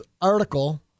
article